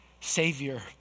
Savior